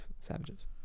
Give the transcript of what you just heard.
Savages